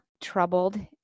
troubled